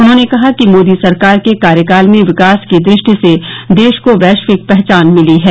उन्होंने कहा कि मोदी सरकार के कार्यकाल में विकास की दृष्टि से देश को वैश्विक पहचान मिली है